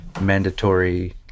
mandatory